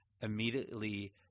immediately